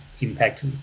impact